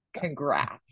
Congrats